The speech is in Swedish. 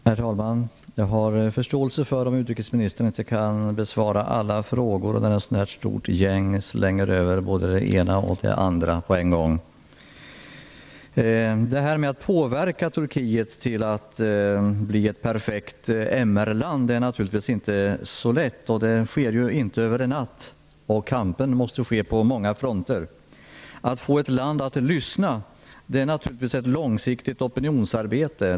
Herr talman! Jag har förståelse för om utrikesministern inte kan besvara alla frågor när ett sådant här stort gäng kommer med både det ena och det andra på en gång. Detta med att påverka Turkiet, så att det blir ett perfekt MR-land är naturligtvis inte så lätt. Det sker inte över en natt. Kampen måste ske på många fronter. Att få ett land att lyssna är naturligtvis ett långsiktigt opinionsarbete.